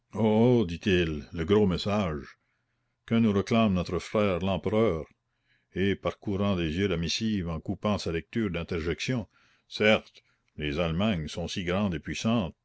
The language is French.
dit-il le gros message que nous réclame notre frère l'empereur et parcourant des yeux la missive en coupant sa lecture d'interjections certes les allemagnes sont si grandes et puissantes